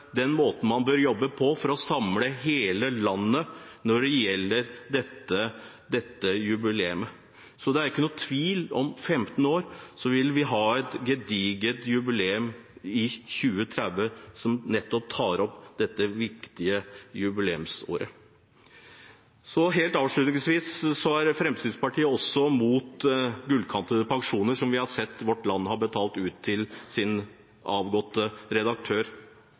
den måten man bør jobbe på for å samle hele landet når det gjelder dette jubileet. Så det er ikke noen tvil – om 15 år vil vi ha et gedigent jubileum som nettopp tar opp dette viktige jubileumsåret. Så helt avslutningsvis: Fremskrittspartiet er også imot gullkantede pensjoner, som den vi har sett at Vårt Land har betalt ut til sin avgåtte redaktør.